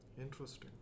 Interesting